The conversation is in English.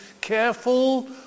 careful